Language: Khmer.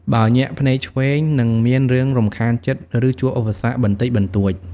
បើ ញាក់ភ្នែកឆ្វេង នឹងមានរឿងរំខានចិត្ត ឬជួបឧបសគ្គបន្តិចបន្តួច។